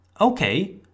Okay